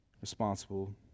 responsible